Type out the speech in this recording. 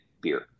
beer